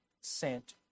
Sent